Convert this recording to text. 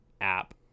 app